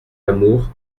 lamour